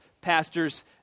pastors